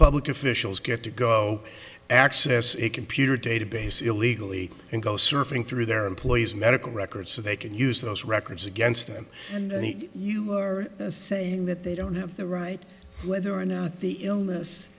public officials get to go access a computer database illegally and go surfing through their employers medical records so they can use those records against him and he you are saying that they don't have the right whether or not the illness